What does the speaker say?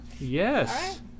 Yes